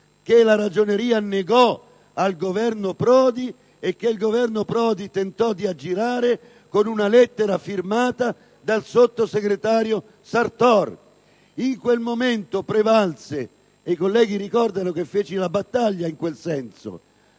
che la Ragioneria negò al Governo Prodi e che il Governo Prodi tentò di aggirare con un lettera firmata dal sottosegretario Sartor. In quel momento prevalse (i colleghi ricorderanno certamente che condussi una battaglia in quel senso)